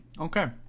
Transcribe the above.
Okay